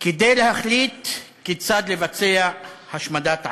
כדי להחליט כיצד לבצע השמדת עם.